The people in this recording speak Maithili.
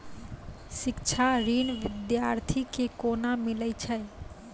शिक्षा ऋण बिद्यार्थी के कोना मिलै छै?